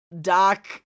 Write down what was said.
Doc